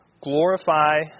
Glorify